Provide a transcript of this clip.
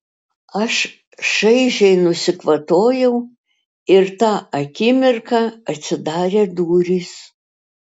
aš šaižiai nusikvatojau ir tą akimirką atsidarė durys